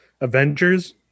Avengers